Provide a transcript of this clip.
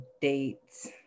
dates